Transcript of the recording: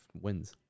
wins